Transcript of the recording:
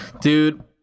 Dude